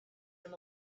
him